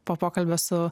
po pokalbio su